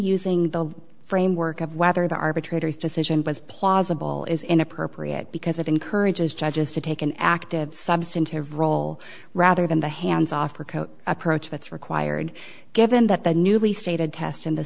using the framework of whether the arbitrator's decision was plausible is inappropriate because it encourages judges to take an active substantive role rather than the hands off approach that's required given that the newly stated test in the